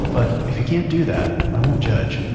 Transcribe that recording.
but, if you can't do that, i won't judge,